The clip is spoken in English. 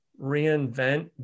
reinvent